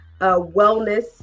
wellness